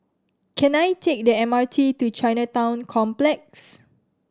can I take the M R T to Chinatown Complex